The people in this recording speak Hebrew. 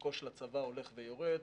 חלקו של הצבא הולך ויורד,